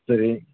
சரி